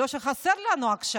לא שחסר לנו עכשיו,